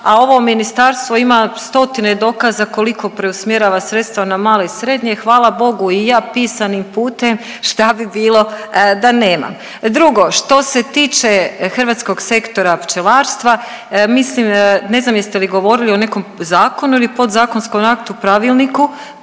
a ovo ministarstvo ima stotine dokaza koliko preusmjerava sredstva na malo i srednje, hvala Bogu i ja pisanim putem šta bi bilo da nemam. Drugo, što se tiče hrvatskog sektora pčelarstva, mislim ne znam jeste li govorili o nekom zakonu ili podzakonskom aktu pravilniku